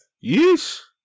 Yes